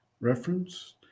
Reference